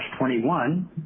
21